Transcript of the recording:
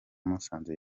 musanze